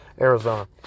Arizona